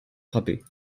frappés